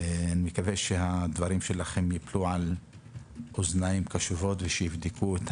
מקווה שהדברים שלכם יפלו על אוזניים קשובות ושיבדקו את